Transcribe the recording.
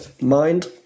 Mind